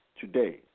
today